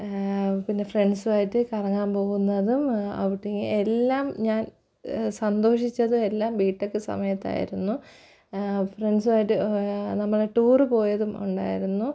പിന്നെ ഫ്രണ്ട്സുമായിട്ട് കറങ്ങാൻ പോവുന്നതും ഔട്ടിങ് എല്ലാം ഞാൻ സന്തോഷിച്ചത് എല്ലാം ബി ടെക് സമയത്തായിരുന്നു ഫ്രണ്ട്സുമായിട്ട് നമ്മള് ടൂര് പോയതും ഉണ്ടായിരുന്നു